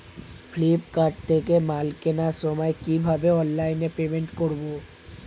Flipkart থেকে মাল কেনার সময় কিভাবে অনলাইনে পেমেন্ট করব?